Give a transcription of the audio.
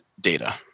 data